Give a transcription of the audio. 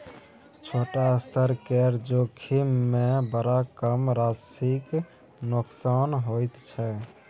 छोट स्तर केर जोखिममे बड़ कम राशिक नोकसान होइत छै